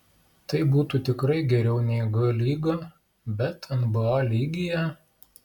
tai būtų tikrai geriau nei g lyga bet nba lygyje